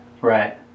Right